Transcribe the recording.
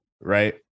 right